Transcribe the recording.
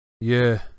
Yeah